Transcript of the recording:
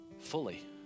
fully